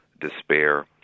despair